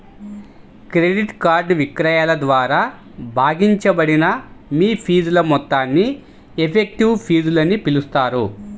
credit card విక్రయాల ద్వారా భాగించబడిన మీ ఫీజుల మొత్తాన్ని ఎఫెక్టివ్ ఫీజులని పిలుస్తారు